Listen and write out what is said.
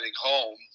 home